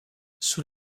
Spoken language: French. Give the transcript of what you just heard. sous